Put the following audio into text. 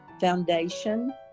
foundation